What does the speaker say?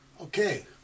Okay